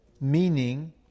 meaning